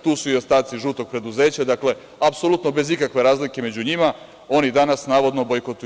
Tu su i ostaci žutog preduzeća, dakle, apsolutno bez ikakve razlike među njima, oni danas navodno bojkotuju.